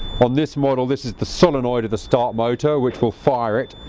on this model this is the solenoid of the start motor which will fire it,